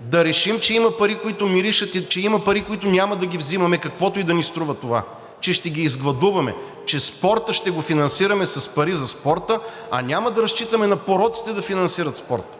да решим, че има пари, които миришат, и че има пари, които няма да ги взимаме каквото и да ни струва това, че ще ги изгладуваме, че спорта ще го финансираме с пари за спорта, а няма да разчитаме на пороците да финансират спорта.